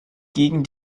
gegen